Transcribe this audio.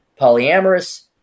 polyamorous